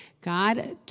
God